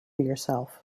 yourself